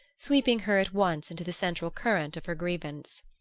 sweeping her at once into the central current of her grievance.